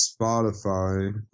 Spotify